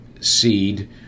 seed